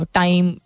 time